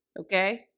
okay